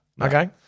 Okay